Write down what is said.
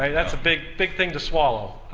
that's a big big thing to swallow.